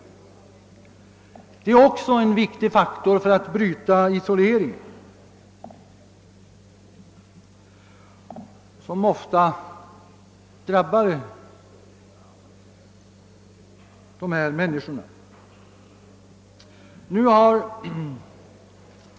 Utövandet av idrott är också en viktig faktor för brytandet av den isolering som ofta drabbar dessa människor.